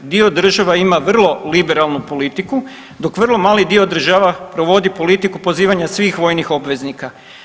Dio država ima vrlo liberalnu politiku dok vrlo mali dio država provodi politiku pozivanja svih vojnih obveznika.